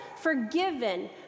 forgiven